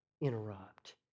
interrupt